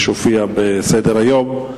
כפי שהופיעו בסדר-היום,